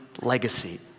legacy